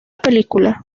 película